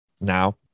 now